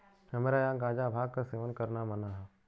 हमरे यहां गांजा भांग क सेवन करना मना हौ